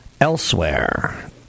Elsewhere